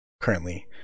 currently